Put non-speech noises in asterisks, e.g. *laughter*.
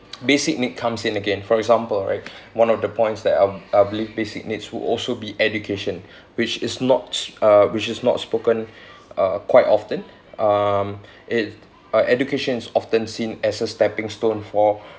basic need comes in again for example right *breath* one of the points that I I believe basic needs would also be education which is not uh which is not spoken uh quite often um it uh education's often seen as a stepping stone for